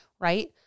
Right